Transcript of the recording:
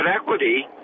equity